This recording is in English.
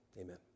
Amen